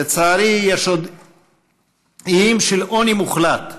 לצערי יש עוד איים של עוני מוחלט,